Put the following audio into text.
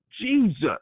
Jesus